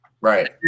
Right